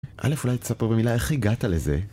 א. אולי תספר במילה איך הגעת לזה?